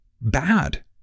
bad